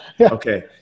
Okay